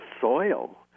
soil